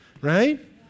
right